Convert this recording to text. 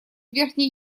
верхний